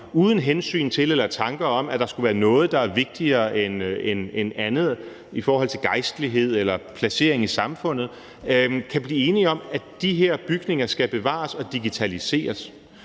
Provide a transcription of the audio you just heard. uden hensyn til eller tanker om, at der skulle være noget, der er vigtigere end andet i forhold til gejstlighed eller placering i samfundet, kan blive enige om, at de her bygninger skal bevares og digitaliseres,